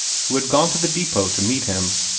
who had gone to the depot to meet him.